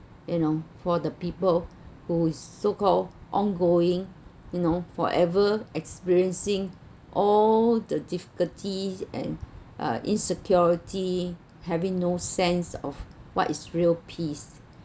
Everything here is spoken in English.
you know for the people who so called ongoing you know forever experiencing all the difficulties and uh insecurity having no sense of what is real peace